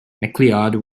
mcleod